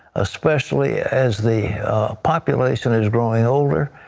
especially as the population is growing older,